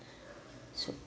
so